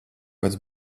pats